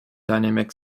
dynamic